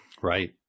Right